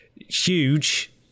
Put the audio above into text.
Huge